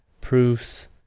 proofs